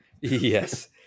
Yes